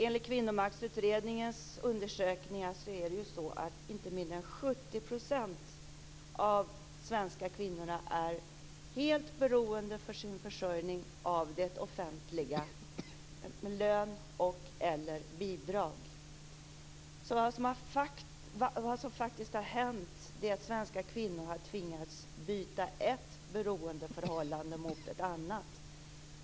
Enligt Kvinnomaktsutredningens undersökningar är det så att inte mindre än 70 % av de svenska kvinnorna är helt beroende för sin försörjning av det offentliga med lön eller bidrag eller bådadera. Så vad som faktiskt har hänt är att svenska kvinnor har tvingats byta ett beroendeförhållande mot ett annat.